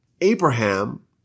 Abraham